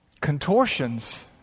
contortions